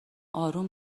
آروم